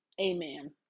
amen